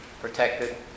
protected